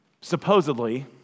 Supposedly